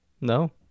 No